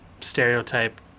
stereotype